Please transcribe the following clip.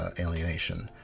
ah alienation.